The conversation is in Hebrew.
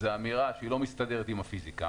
זה אמירה שלא מסתדרת עם הפיזיקה.